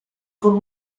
con